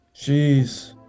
Jeez